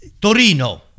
Torino